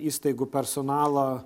įstaigų personalą